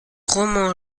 romans